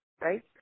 Right